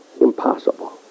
impossible